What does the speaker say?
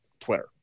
Twitter